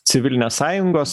civilinės sąjungos